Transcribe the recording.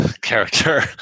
Character